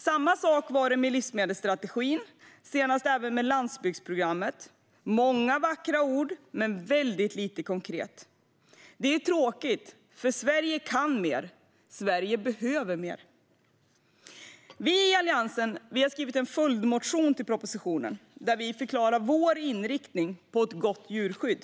Samma sak var det med livsmedelsstrategin och senast även med landsbygdsprogrammet: många vackra ord men väldigt lite konkret. Det är tråkigt, för Sverige kan mer, och Sverige behöver mer. Vi i Alliansen har skrivit en följdmotion till propositionen, där vi förklarar vår inriktning för ett gott djurskydd.